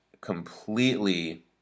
completely